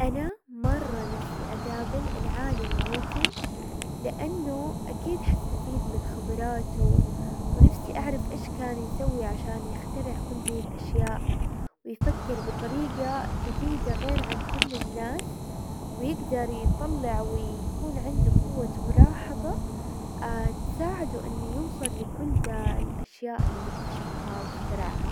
انا مرة نفسي اقابل العالم نيوتن لانه اكيد حاستفيد من خبراته، ونفسي اعرف ايش كان يسوي عشان يخترع كل دي الاشياء، ويفكر بطريقة جديدة غير عن كل الناس، ويقدر يطلع، ويكون عنده قوة ملاحظة تساعده انه يوصل لكل دا الاشياء اللي اكتشفها واخترعها.